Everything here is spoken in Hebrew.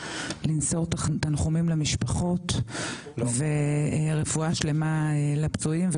למסור תנחומים למשפחות ורפואה שלמה לפצועים.